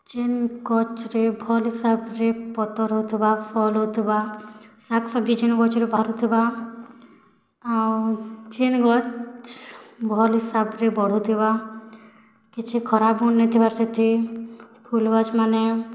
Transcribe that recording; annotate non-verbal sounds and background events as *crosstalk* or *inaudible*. ଯେନ୍ ଗଛରେ ଭଲ୍ *unintelligible* ପତର୍ ହେଉଥିବା ଭଲ୍ ଫଲ୍ ହେଉଥିବା ଶାଗ୍ ସବୁନି ଗଛରେ ବାହାରୁଥିବା ଆଉ *unintelligible* ଭଲ୍ *unintelligible* ବଢ଼ୁଥିବା କିଛି ଖରାପ୍ ଗୁଣ୍ ନ ଥିବା ସେଥି ଫୁଲଗଛମାନେ